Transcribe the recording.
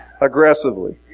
Aggressively